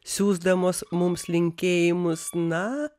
siųsdamos mums linkėjimus na